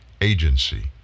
agency